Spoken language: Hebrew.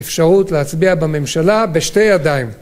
אפשרות להצביע בממשלה בשתי ידיים